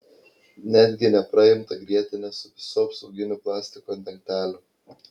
netgi nepraimtą grietinę su visu apsauginiu plastiku ant dangtelio